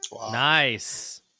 Nice